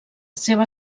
seva